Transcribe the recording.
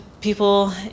people